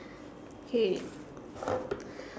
okay